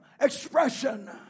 expression